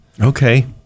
Okay